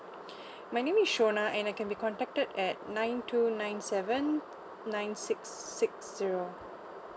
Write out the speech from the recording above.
my name is shona and I can be contacted at nine two nine seven nine six six zero